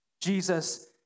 Jesus